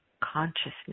consciousness